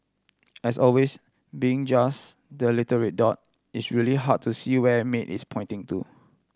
as always being just the little red dot it's really hard to see where Maid is pointing to